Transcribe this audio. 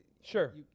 sure